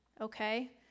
okay